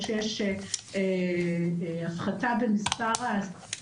להם את הסביבה התומכת ואין מי שישמור עליהם בבית,